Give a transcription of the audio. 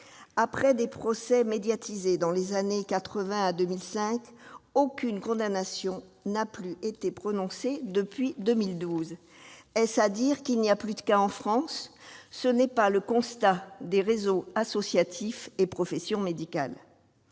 Après des procès médiatisés dans les années 1980 à 2005, aucune condamnation n'a plus été prononcée depuis 2012. Est-ce à dire qu'il n'y a plus de cas en France ? Ce n'est pas le constat des réseaux associatifs et des professions médicales.